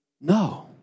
no